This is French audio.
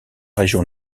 région